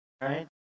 right